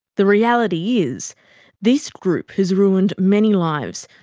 the reality is this group has ruined many lives,